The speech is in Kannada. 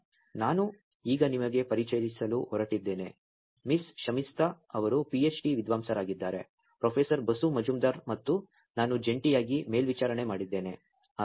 ಆದ್ದರಿಂದ ನಾನು ಈಗ ನಿಮಗೆ ಪರಿಚಯಿಸಲು ಹೊರಟಿದ್ದೇನೆ ಮಿಸ್ ಶಮಿಸ್ತಾ ಅವರು ಪಿಎಚ್ಡಿ ವಿದ್ವಾಂಸರಾಗಿದ್ದಾರೆ ಪ್ರೊಫೆಸರ್ ಬಸು ಮಜುಂದಾರ್ ಮತ್ತು ನಾನು ಜಂಟಿಯಾಗಿ ಮೇಲ್ವಿಚಾರಣೆ ಮಾಡಿದ್ದೇನೆ